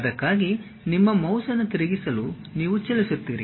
ಅದಕ್ಕಾಗಿ ನಿಮ್ಮ ಮೌಸ್ ಅನ್ನು ತಿರುಗಿಸಲು ನೀವು ಚಲಿಸುತ್ತೀರಿ